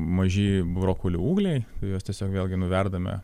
maži brokolio ūgliai juos tiesiog vėlgi nuverdame